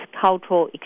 cultural